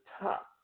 top